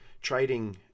trading